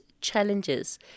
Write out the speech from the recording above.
challenges